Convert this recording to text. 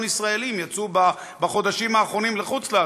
ישראלים יצאו בחודשים האחרונים לחוץ-לארץ.